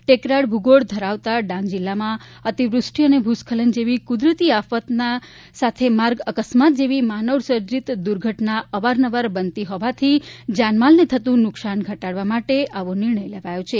ટેકરાળ ભૂગોળ ધરાવતા ડાંગ જિલ્લામાં અતિવ્રષ્ટિ અને ભૂસ્ખલન જેવી કુદરતી આફતની સાથે માર્ગ અકસ્માત જેવી માનવ સર્જીત દુર્ઘટના અવારનવાર બનતી હોવાથી જાનમાલને થતું નુકશાન ઘટાડવા માટે આવો નિર્ણય લેવાયો છે